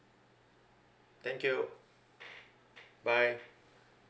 thank you bye